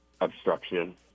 obstruction